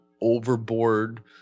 overboard